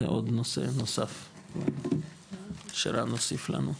זה עוד נושא נוסף שרן הוסיף לנו,